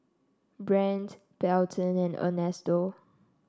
Brandt Belton and Ernesto